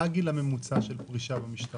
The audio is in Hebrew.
מה הגיל הממוצע של פרישה במשטרה?